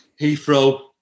Heathrow